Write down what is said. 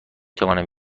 توانم